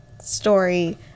story